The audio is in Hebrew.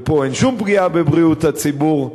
ופה אין שום פגיעה בבריאות הציבור.